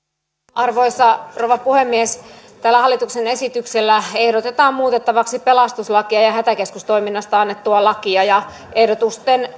arvoisa rouva puhemies tällä hallituksen esityksellä ehdotetaan muutettavaksi pelastuslakia ja ja hätäkeskustoiminnasta annettua lakia ehdotusten